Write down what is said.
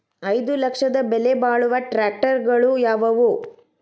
ಐದು ಲಕ್ಷದ ಬೆಲೆ ಬಾಳುವ ಟ್ರ್ಯಾಕ್ಟರಗಳು ಯಾವವು?